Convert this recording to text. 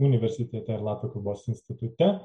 universitete ir latvių kalbos institute